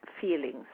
feelings